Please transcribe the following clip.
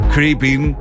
Creeping